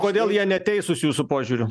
kodėl jie neteisūs jūsų požiūriu